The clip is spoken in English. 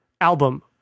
album